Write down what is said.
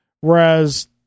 whereas